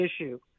issue